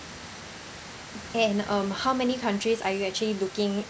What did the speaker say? and um how many countries are you actually looking